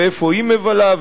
ואיפה היא מבלה,